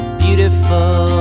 beautiful